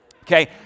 Okay